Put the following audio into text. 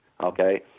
okay